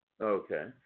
Okay